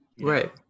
Right